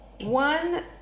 One